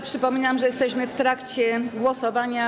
Przypominam, że jesteśmy w trakcie głosowania.